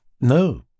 No